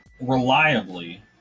reliably